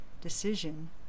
decision